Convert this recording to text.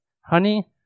Honey